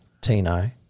Tino